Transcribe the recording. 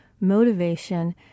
motivation